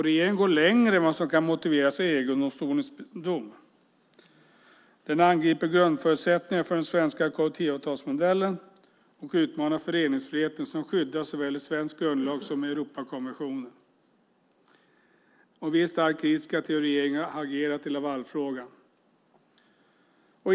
Regeringen går längre än vad som kan motiveras av EG-domstolens dom. Den angriper grundförutsättningar för den svenska kollektivavtalsmodellen och utmanar den föreningsfrihet som skyddas såväl i svensk grundlag som i Europakonventionen. Vi är starkt kritiska till hur regeringen har agerat i Lavalfrågan.